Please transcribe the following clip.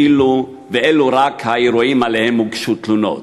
ואלו רק האירועים שעליהם הוגשו תלונות.